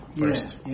first